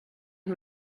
who